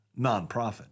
nonprofit